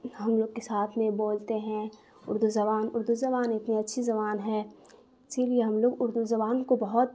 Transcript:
ہم لوگ کے ساتھ میں بولتے ہیں اردو زبان اردو زبان اتنی اچھی زبان ہے اسی لیے ہم لوگ اردو زبان کو بہت